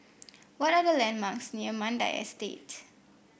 what are the landmarks near Mandai Estate